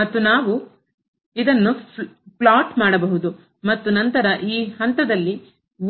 ಮತ್ತು ನಾವು ಇದನ್ನು ಪ್ಲಾಟ್ ಮಾಡಬಹುದು ಮತ್ತು ನಂತರ ಈ ಹಂತ ದಲ್ಲಿ